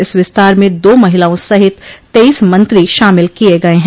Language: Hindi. इस विस्तार में दो महिलाओं सहित तेईस मंत्री शामिल किये गये हैं